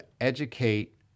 educate